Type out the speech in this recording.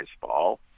Baseball